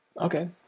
okay